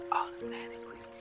automatically